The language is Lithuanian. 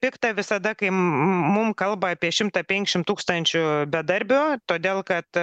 pikta visada kai m m mum kalba apie šimtą penkiasšim tūkstančių bedarbių todėl kad